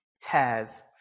tears